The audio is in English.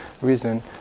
reason